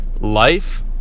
life